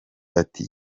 ati